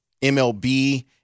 MLB